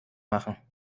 machen